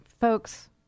folks